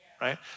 right